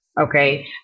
okay